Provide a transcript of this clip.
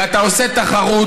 ואתה עושה תחרות,